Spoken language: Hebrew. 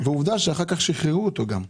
ועובדה שאחר כך גם שיחררו אותו.